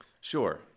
Sure